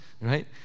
right